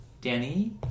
Danny